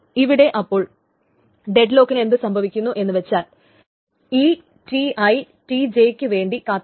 ഇവിടെ അപ്പോൾ ഡെഡ്ലോക്കിന് എന്തു സംഭവിക്കുന്നു എന്നു വച്ചാൽ ഈ T i Tjക്ക് വേണ്ടി കാത്തിരിക്കും